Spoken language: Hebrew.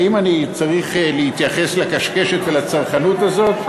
האם אני צריך להתייחס לקשקשת ולצרחנות הזאת?